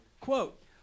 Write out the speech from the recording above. Quote